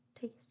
taste